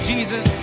Jesus